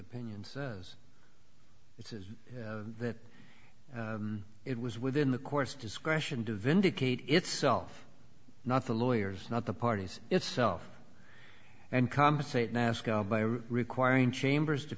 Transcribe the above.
opinion says it is that it was within the course discretion to vindicate itself not the lawyers not the parties itself and compensate nasco by requiring chambers to